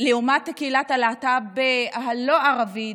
לעומת קהילת הלהט"ב הלא-ערבית,